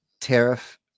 tariff